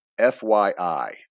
FYI